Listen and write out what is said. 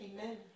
Amen